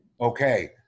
Okay